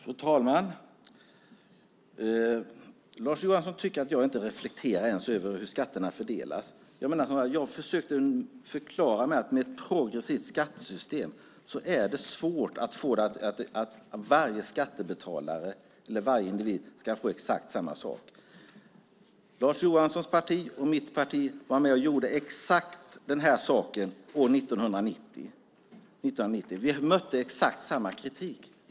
Fru talman! Lars Johansson tycker att jag inte ens reflekterar över hur skatterna fördelas. Jag försökte förklara att det med ett progressivt skattesystem är svårt att få till det så att varje individ ska få exakt samma sak. Lars Johanssons och mitt parti var med och genomförde exakt den här saken år 1990. Vi mötte exakt samma kritik.